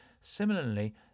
similarly